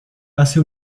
hace